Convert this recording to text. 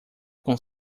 com